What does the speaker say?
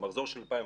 למחזור של 2019?